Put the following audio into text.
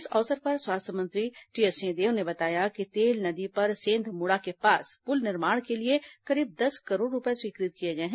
इस अवसर पर स्वास्थ्य मंत्री टीएस सिंहदेव ने बताया कि तेल नदी पर सेंघमुड़ा के पास पुल निर्माण के लिए करीब दस करोड़ रूपए स्वीकृत किए गए हैं